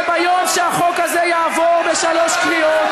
וביום שהחוק הזה יעבור בשלוש קריאות,